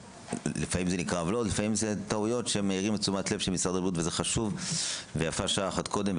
חשיפת עוולות / טעויות היא חשובה ויפה שעה אחת קודם.